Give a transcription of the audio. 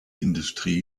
industrie